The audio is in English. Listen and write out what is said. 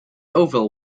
oval